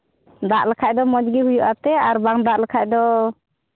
ᱫᱟᱜ ᱞᱮᱠᱷᱟᱡ ᱫᱚ ᱢᱚᱡᱽ ᱜᱮ ᱦᱩᱭᱩᱜᱼᱟ ᱮᱱᱛᱮᱫ ᱟᱨ ᱵᱟᱝ ᱫᱟᱜ ᱞᱮᱠᱷᱟᱡ ᱫᱚ